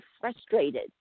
frustrated